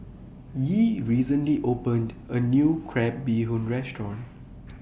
Yee recently opened A New Crab Bee Hoon Restaurant